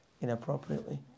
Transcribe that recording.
inappropriately